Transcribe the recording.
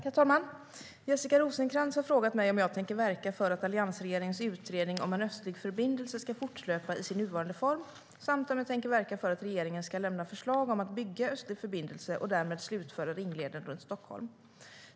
Herr talman! Jessica Rosencrantz har frågat mig om jag tänker verka för att alliansregeringens utredning av en östlig förbindelse ska fortlöpa i sin nuvarande form samt om jag tänker verka för att regeringen ska lämna förslag om att bygga Östlig förbindelse och därmed slutföra ringleden runt Stockholm.